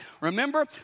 Remember